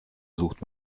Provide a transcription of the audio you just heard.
sucht